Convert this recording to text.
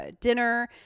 dinner